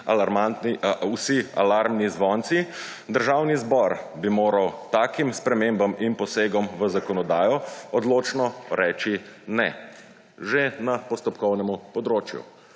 vsi alarmni zvonci. Državni zbor bi moral takim spremembam in posegom v zakonodajo odločno reči ne že na postopkovnem področju.